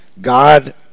God